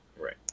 Right